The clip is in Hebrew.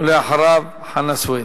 ואחריו, חנא סוייד.